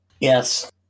Yes